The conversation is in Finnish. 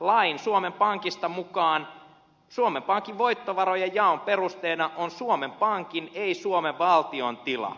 lain suomen pankista mukaan suomen pankin voittovarojen jaon perusteena on suomen pankin ei suomen valtion tila